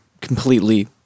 completely